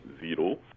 zero